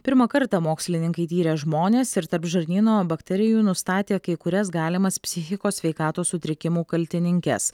pirmą kartą mokslininkai tyrė žmones ir tarp žarnyno bakterijų nustatė kai kurias galimas psichikos sveikatos sutrikimų kaltininkes